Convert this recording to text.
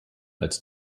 als